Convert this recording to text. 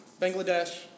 Bangladesh